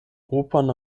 opern